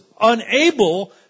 unable